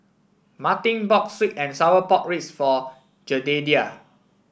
Martin bought sweet and Sour Pork Ribs for Jedediah